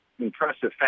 impressive